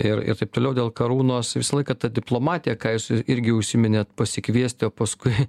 ir ir taip toliau dėl karūnos visą laiką ta diplomatija ką jūs irgi užsiminėt pasikviesti o paskui